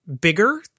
bigger